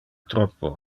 troppo